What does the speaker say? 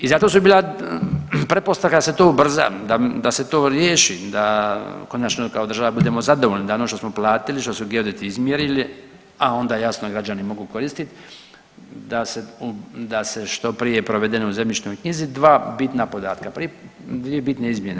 I zato su bila pretpostavka da se to ubrza, da se to riješi, da konačno kao država budemo zadovoljni, da ono što smo platili što su geodeti izmjerili a onda jasno građani mogu koristiti, da se što prije provede u zemljišnoj knjizi dva bitna podatka, dvije bitne izmjene.